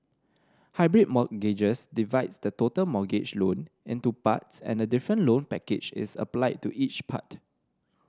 hybrid mortgages divides the total mortgage loan into parts and a different loan package is applied to each part